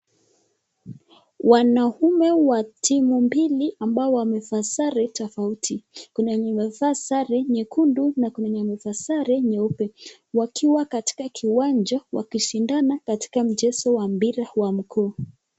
Wanaume wa timu mbili ambao wamevaa sare tofauti. Kuna wenye wamevaa sare nyekundu na kuna wenye wamevaa sare nyeupe, wakiwa katika kiwanja wakishandana katika mchezo wa mpira wa mguu.